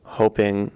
hoping